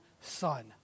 son